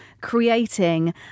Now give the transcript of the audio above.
creating